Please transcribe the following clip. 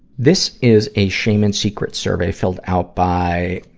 this is a shame and secret survey filled out by,